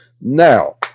now